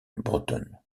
bretonne